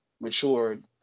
matured